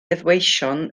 heddweision